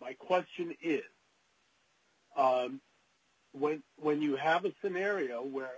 my question is well when you have a scenario where